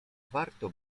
warto